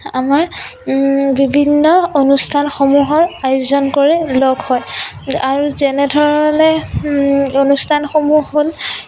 আমাৰ বিভিন্ন অনুষ্ঠানসমূহৰ আয়োজন কৰি লগ হয় আৰু যেনেধৰণে অনুষ্ঠানসমূহ হ'ল